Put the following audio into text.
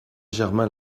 germain